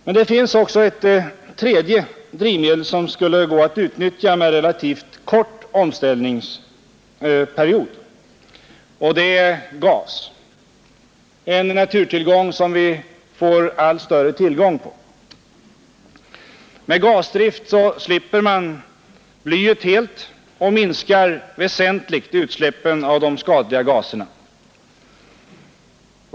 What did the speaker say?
Men det finns också ett tredje drivmedel som skulle kunna gå att utnyttja med relativt kort omställningsperiod, nämligen gasen. Med gasdrift slipper man helt blyet, och den minskar väsentligen övriga farliga utsläpp.